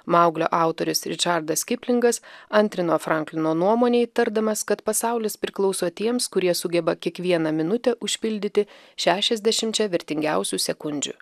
mauglio autorius ričardas kiplingas antrino franklino nuomonei tardamas kad pasaulis priklauso tiems kurie sugeba kiekvieną minutę užpildyti šešiasdešimčia vertingiausių sekundžių